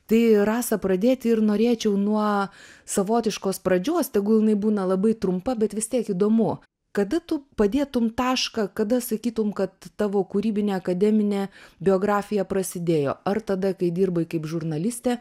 tai rasa pradėti ir norėčiau nuo savotiškos pradžios tegul būna labai trumpa bet vis tiek įdomu kada tu padėtum tašką kada sakytum kad tavo kūrybinė akademinė biografija prasidėjo ar tada kai dirbai kaip žurnalistė